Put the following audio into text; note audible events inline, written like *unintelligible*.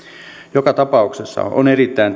joka tapauksessa on erittäin *unintelligible*